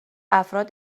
افراد